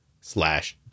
slash